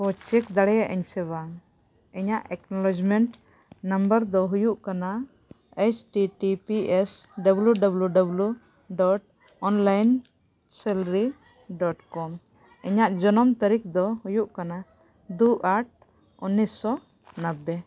ᱚ ᱪᱮᱠ ᱫᱟᱲᱮᱭᱟᱜ ᱟᱹᱧ ᱥᱮ ᱵᱟᱝ ᱤᱧᱟᱹᱜ ᱮᱠᱱᱳᱞᱚᱡᱽᱢᱮᱱᱴ ᱱᱟᱢᱵᱟᱨ ᱫᱚ ᱦᱩᱭᱩᱜ ᱠᱟᱱᱟ H T T P S W W W dot online ᱥᱮᱞᱨᱤ ᱰᱚᱴ ᱠᱚᱢ ᱤᱧᱟᱹᱜ ᱡᱚᱱᱚᱢ ᱛᱟᱹᱨᱤᱠᱷ ᱫᱚ ᱦᱩᱭᱩᱜ ᱠᱟᱱᱟ ᱫᱩ ᱟᱴ ᱩᱱᱤᱥᱥᱚ ᱱᱚᱵᱽᱵᱮ